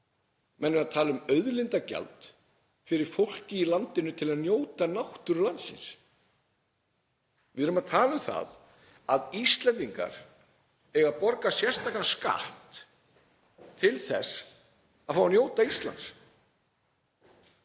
Menn eru að tala um auðlindagjald fyrir fólkið í landinu til að njóta náttúru landsins. Við erum að tala um það að Íslendingar eiga að borga sérstakan skatt til þess að fá að njóta Íslands.